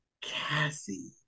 Cassie